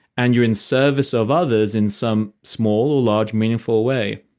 and you're in service of others in some small or large meaningful way,